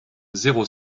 zéro